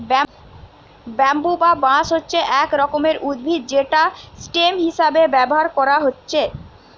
bamboo বা বাঁশ হচ্ছে এক রকমের উদ্ভিদ যেটা স্টেম হিসাবে ব্যাভার কোরা হচ্ছে